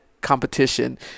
competition